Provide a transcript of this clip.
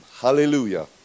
Hallelujah